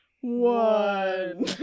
one